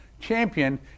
Champion